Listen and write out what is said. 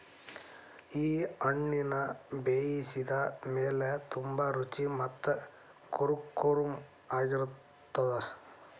ಈ ಹಣ್ಣುನ ಬೇಯಿಸಿದ ಮೇಲ ತುಂಬಾ ರುಚಿ ಮತ್ತ ಕುರುಂಕುರುಂ ಆಗಿರತ್ತದ